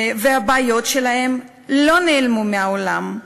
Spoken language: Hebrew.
והבעיות שלהן, לא נעלמו מהעולם,